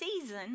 season